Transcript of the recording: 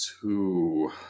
two